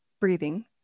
breathing